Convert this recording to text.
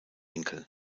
enkel